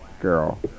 girl